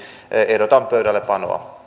ehdotan pöydällepanoa